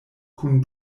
kun